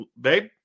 babe